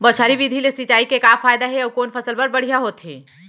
बौछारी विधि ले सिंचाई के का फायदा हे अऊ कोन फसल बर बढ़िया होथे?